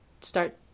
start